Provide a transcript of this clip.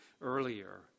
earlier